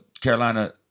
Carolina